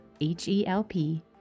H-E-L-P